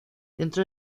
dentro